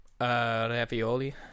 ravioli